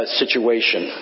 situation